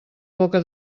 boca